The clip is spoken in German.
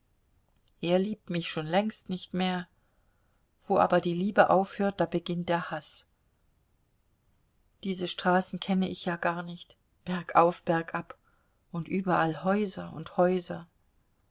er liebt mich schon längst nicht mehr wo aber die liebe aufhört da beginnt der haß diese straßen kenne ich ja gar nicht bergauf bergab und überall häuser und häuser